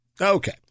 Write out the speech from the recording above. Okay